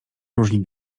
różni